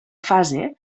fase